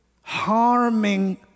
harming